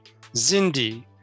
Zindi